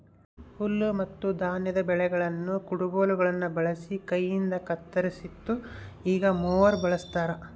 ಹುಲ್ಲುಮತ್ತುಧಾನ್ಯದ ಬೆಳೆಗಳನ್ನು ಕುಡಗೋಲುಗುಳ್ನ ಬಳಸಿ ಕೈಯಿಂದಕತ್ತರಿಸ್ತಿತ್ತು ಈಗ ಮೂವರ್ ಬಳಸ್ತಾರ